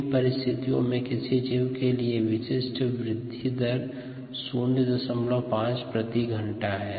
इन परिस्थितियों में किसी जीव के लिए विशिष्ट वृद्धि दर 05 प्रति घंटा है